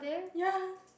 ya